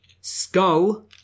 Skull